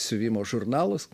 siuvimo žurnalas